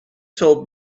told